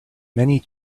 many